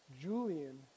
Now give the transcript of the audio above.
Julian